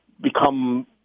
become